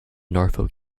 norfolk